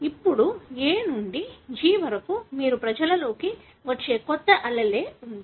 ఇప్పుడు A నుండి G వరకు మీరు ప్రజల లోకి వచ్చే కొత్త allele ఉంది